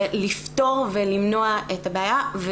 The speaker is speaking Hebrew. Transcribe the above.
לפתור ולמנוע את הבעיה,